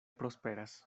prosperas